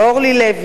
אורלי לוי.